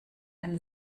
ein